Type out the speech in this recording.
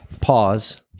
Pause